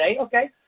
Okay